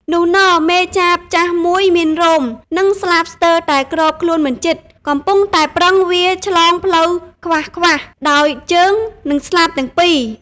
នុះន មេចាបចាស់មួយមានរោម និងស្លាបស្ទើរតែគ្របខ្លួនមិនជិត កំពុងតែប្រឹងវារឆ្លងផ្លូវខ្វាសៗដោយជើង និងស្លាបទាំងពីរ ។